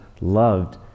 loved